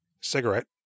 cigarette